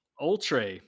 ultra